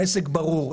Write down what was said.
העסק ברור.